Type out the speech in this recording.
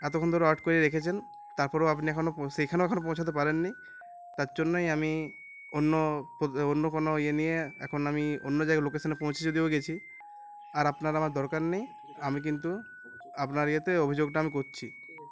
এতক্ষণ ধরে ওয়েট করে রখেছেন তারপরেও আপনি এখনও সেইখানেও এখনও পৌঁছাতে পারেন নি তার জন্যই আমি অন্য অন্য কোনো ইয়ে নিয়ে এখন আমি অন্য জায়গায় লোকেশানে পৌঁছেছ যদিও গেছি আর আপনারা আমার দরকার নেই আমি কিন্তু আপনার ইয়েতে অভিযোগটা আমি করছি